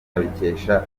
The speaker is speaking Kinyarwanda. abikesha